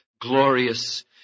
glorious